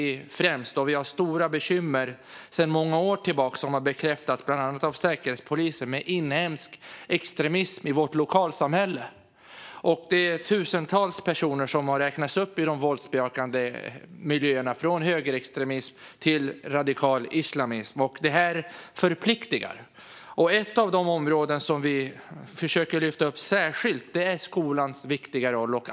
Vi har sedan många år tillbaka stora bekymmer med inhemsk extremism i vårt lokalsamhälle. Det har bekräftats av bland annat Säkerhetspolisen. Det är tusentals personer som har räknats upp i de våldsbejakande miljöerna, från högerextremism till radikal islamism. Det här förpliktar. Ett av de områden som vi försöker lyfta upp särskilt är skolans viktiga roll.